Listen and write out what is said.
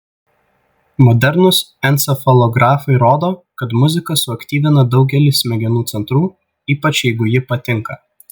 modernūs encefalografai rodo kad muzika suaktyvina daugelį smegenų centrų ypač jeigu ji patinka